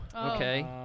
Okay